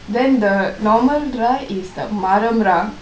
then the normal ர:ra is the மரம் ர:maram ra